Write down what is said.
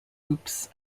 oops